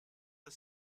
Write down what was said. the